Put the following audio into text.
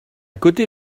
côté